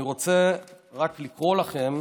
אני רוצה רק לקרוא לכם